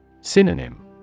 Synonym